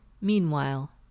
Meanwhile